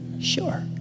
sure